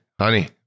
Honey